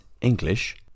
English